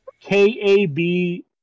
K-A-B-